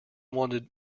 wanted